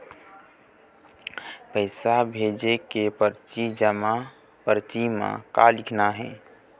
पैसा भेजे के परची जमा परची म का लिखना हे?